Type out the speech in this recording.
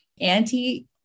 anti